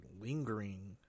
lingering